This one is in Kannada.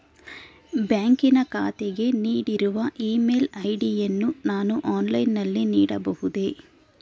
ಬ್ಯಾಂಕಿನ ಖಾತೆಗೆ ನೀಡಿರುವ ಇ ಮೇಲ್ ಐ.ಡಿ ಯನ್ನು ನಾನು ಆನ್ಲೈನ್ ನಲ್ಲಿ ನೀಡಬಹುದೇ?